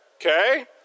Okay